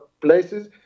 places